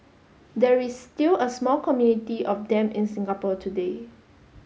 there is still a small community of them in Singapore today